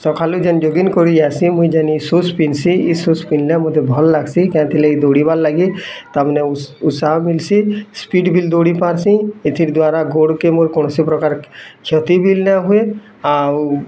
ସକାଳୁ ଯେନ୍ ଜଗିଂ କରି ଆସି ମୁଇଁ ଜାନି ସୁସ୍ ପିନ୍ଧ୍ସି ଇସ୍ ସୁଜ୍ ପିନ୍ଧିଲେ ମୋତେ ଭଲ ଲାଗ୍ସି କାଁ ଏଥିର୍ ଲାଗି ଦୌଡ଼ିବା ଲାଗି ତାମାନେ ଉତ୍ସାହ ମିଲ୍ସି ସ୍ପିଡ଼୍ ବି ଦୌଡ଼ି ପାରୁଛିଁ ଏଥିଦ୍ୱାରା ଗୋଡ଼କେ ମୋର କୌଣସି ପ୍ରକାରେ କ୍ଷତି ବି ନା ହୁଏ ଆଉ